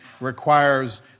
requires